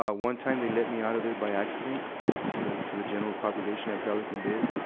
ah one time, they let me out of there by accident to the, to the general population at pelican bay.